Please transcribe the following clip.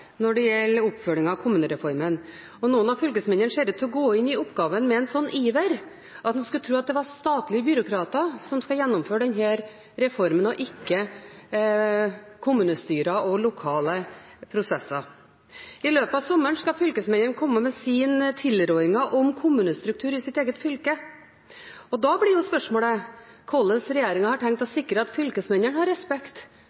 når det gjelder oppfølging av kommunereformen, og noen av fylkesmennene ser ut til å gå inn i oppgaven med en sånn iver at en skulle tro det var statlige byråkrater som skulle gjennomføre denne reformen, og ikke kommunestyrer og lokale prosesser. I løpet av sommeren skal fylkesmennene komme med sine tilrådinger om kommunestruktur i sitt eget fylke, og da blir spørsmålet hvordan regjeringen har tenkt å